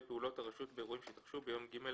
פעולות הרשות באירועים שהתרחשו ביום ג'